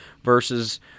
versus